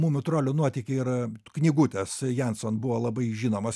mumių trolių nuotykiai ir knygutės janson buvo labai žinomos